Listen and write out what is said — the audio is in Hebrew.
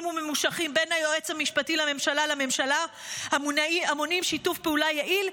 וממושכים בין היועץ המשפטי לממשלה והממשלה המונעים שיתוף פעולה יעיל,